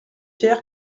hier